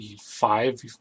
five